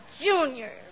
Junior